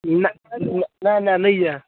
नहि नहि नहि नहि अइ